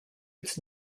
its